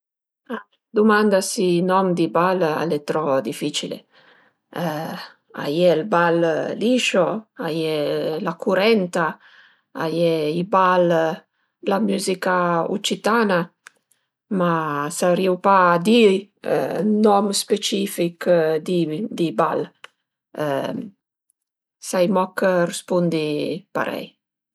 La dumanda si-i nom di bal al e trop dificila: a ie ël bal liscio, a ie la curenta, a ie i bal d'la müzica ucitana, ma saurìu pa di nom specifich di bal, sai moch rëspundi parei